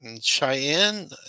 Cheyenne